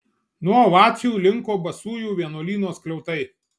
nuo ovacijų linko basųjų vienuolyno skliautai